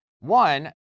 One